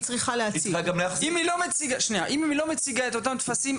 אם היא לא מציגה את אותם טפסים,